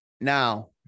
Now